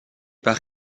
par